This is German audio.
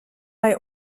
bei